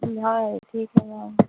جی ہاں ٹھیک ہے میم